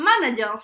manager's